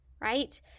right